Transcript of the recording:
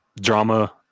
drama